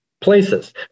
places